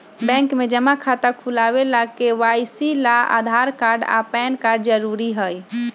bank में जमा खाता खुलावे ला के.वाइ.सी ला आधार कार्ड आ पैन कार्ड जरूरी हई